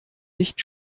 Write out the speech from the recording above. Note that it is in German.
nicht